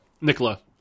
Nicola